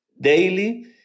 daily